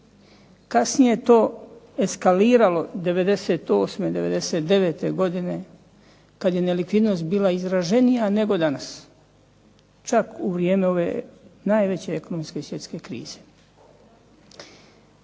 kasnije je to eskaliralo '98., '99. godine kada je nelikvidnost bila izraženija nego danas, čak u vrijeme ove najveće svjetske ekonomske krize.